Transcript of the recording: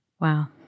Wow